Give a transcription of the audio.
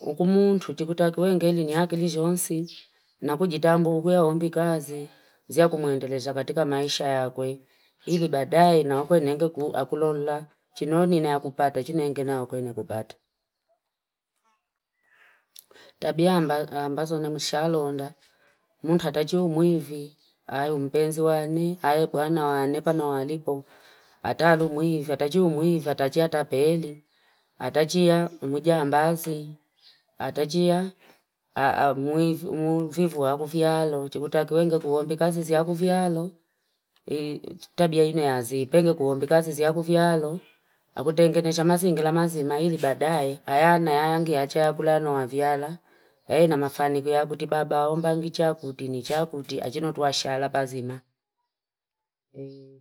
Ukumuntu, chikutakiwe ngeli ni akili jonsi, na kujitambu kuhombi kazi, zia kumuendele za katika maisha ya kwe. Hibi badai, na wako yenenge kukulola, chino ni inayakupata, chine enge na wako yenekupata. Tabia ambazo na mshalo onda, muntu hatachu umuivi, hae umbenzi wane, hae pwana wane pano walipo. Hatalu umuivi, hatachu umuivi, hatachia tapele, hatachia umuijia ambazi, hatachia umuivi, umuifivu wakufialo. Chikutakiwe nge kuhombi kazi zia wakufialo. Tabia inayazi, penge kuhombi kazi zia wakufialo. Hakute ngenesha mazi ingla mazima, hibi badai, hae anayangi, hatachia kulano wavyala, hae namafani kuiaputi, baba wambangi chakuti ni chakuti, achino tuashala pazima e.